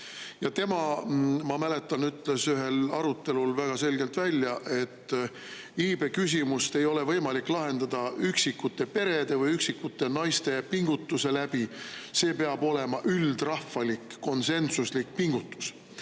tema, ma mäletan, ütles ühel arutelul väga selgelt välja, et iibeküsimust ei ole võimalik lahendada üksikute perede või üksikute naiste pingutuse läbi, see peab olema üldrahvalik konsensuslik pingutus.